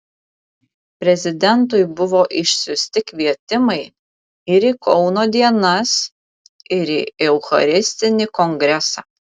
prezidentui buvo išsiųsti kvietimai ir į kauno dienas ir į eucharistinį kongresą